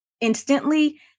instantly